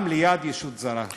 ליד ישות מדינית זרה.